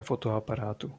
fotoaparátu